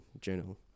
journal